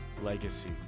legacy